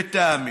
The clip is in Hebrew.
לטעמי.